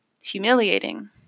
humiliating